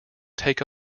take